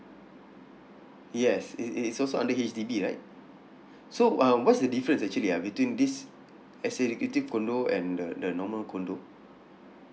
yes it it's also under H_D_B right so uh what's the difference actually ah between this executive condo and the the normal condo